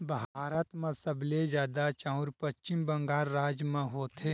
भारत म सबले जादा चाँउर पस्चिम बंगाल राज म होथे